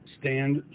stand